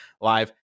live